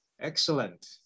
Excellent